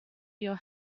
your